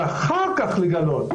ורק אחר כך לגלות